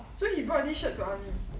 so he brought this shirt to army